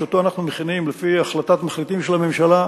שאותו אנחנו מכינים לפי החלטת מחליטים של הממשלה,